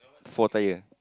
four tire